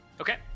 Okay